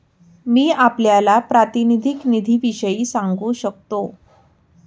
मी आपल्याला प्रातिनिधिक निधीविषयी सांगू शकतो